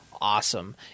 awesome